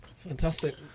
Fantastic